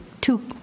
two